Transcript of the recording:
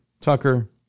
Tucker